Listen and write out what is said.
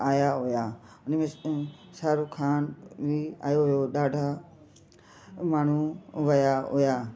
आया हुया इनमें शाहरुख खान बि आयो हुयो ॾाढा माण्हू विया हुया